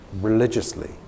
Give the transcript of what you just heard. religiously